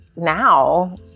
now